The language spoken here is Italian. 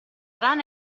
rana